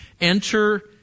Enter